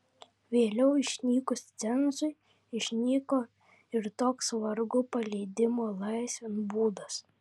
vėliau išnykus cenzui išnyko ir toks vergų paleidimo laisvėn būdas